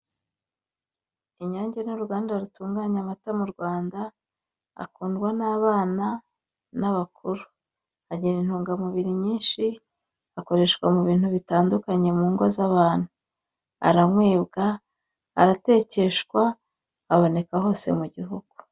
Inyange ni uruganda rutunganya amata mu Rwanda, akundwa n'abana n'abakuru, agira intungamubiri nyinshi, akoreshwa mu bintu bitandukanye mu ngo z'abantu, aranywebwa, aratekeshwa, aboneka hose mu gihugu.